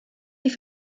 die